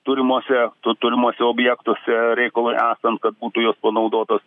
turimose tu turimuose objektuose reikalui esant kad būtų jos panaudotos